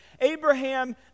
Abraham